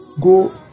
go